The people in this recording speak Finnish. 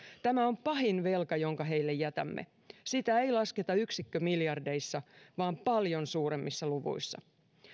tämä on pahin velka jonka heille jätämme sitä ei lasketa yksikkömiljardeissa vaan paljon suuremmissa luvuissa